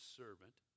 servant